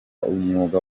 umwuga